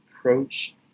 approach